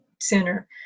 center